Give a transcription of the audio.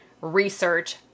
research